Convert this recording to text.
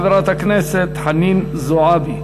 חברת הכנסת חנין זועבי.